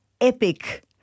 epic